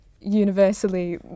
universally